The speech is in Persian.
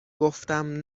گفتم